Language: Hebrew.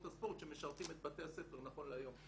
הספורט שמשרתים את בתי הספר נכון להיום.